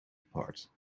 apart